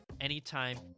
anytime